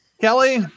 Kelly